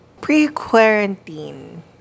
pre-quarantine